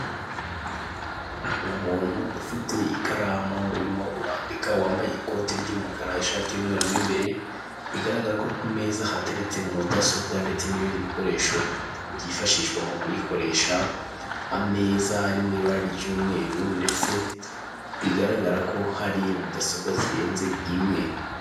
Umuntu ufite ikaramu urimo urandika, wambaye ikoti ry'umukara, ishati y'umweru mo mbere, bigaragara ko ku meza hateretse mudasobwa ndetse n'ibindi bikoresho byifashishwa mu kuyikoresha, ameza ari mu ibara ry'umweru ndetse bigaragara ko hari mudasobwa zirenze imwe.